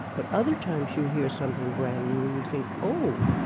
but other times you hear something brand new and you think, oh,